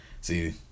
See